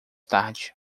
tarde